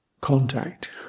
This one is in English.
contact